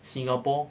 singapore